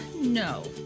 no